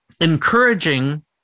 encouraging